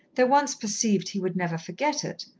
though once perceived he would never forget it,